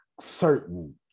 certain